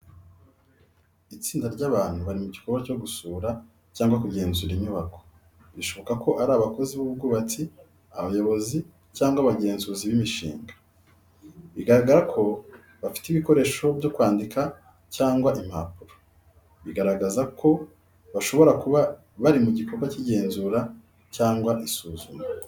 Itsinda ry’abantu bari mu gikorwa cyo gusura cyangwa kugenzura inyubako, bishoboka ko ari abakozi b'ubwubatsi, abayobozi, cyangwa abagenzuzi b’imishinga. Biragaragara ko bafite ibikoresho byo kwandika cyangwa impapuro. Bigaragaza ko bashobora kuba bari mu gikorwa cy’igenzura cyangwa isuzuma.